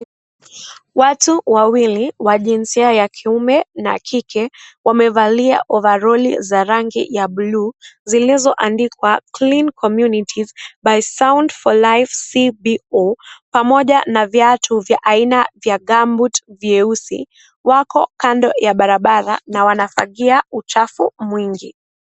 Watu wawili wa jinsia ya kiume na kike wamevalia ovaroli za rangi ya bluu zilizoandikwa cleean communities by sound for life CBO pamoja na viatu vya aina vya gumboot vyeusi wako kando ya barabara na wanafagia uchafu mwingi.